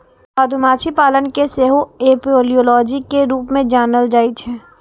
मधुमाछी पालन कें सेहो एपियोलॉजी के रूप मे जानल जाइ छै